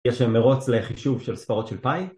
יש אמירות לחישוב של ספרות של פאי?